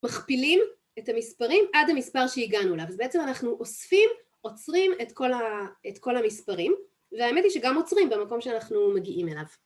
מכפילים את המספרים עד המספר שהגענו אליו, אז בעצם אנחנו אוספים, עוצרים את כל המספרים והאמת היא שגם עוצרים במקום שאנחנו מגיעים אליו